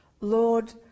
Lord